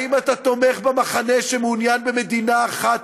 האם אתה תומך במחנה שמעוניין במדינה אחת,